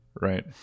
right